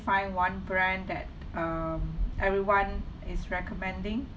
find one brand that um everyone is recommending